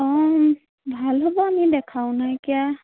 অঁ ভাল হ'ব আমি দেখাও নাইকীয়া